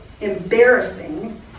embarrassing